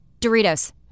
Doritos